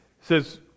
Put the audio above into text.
says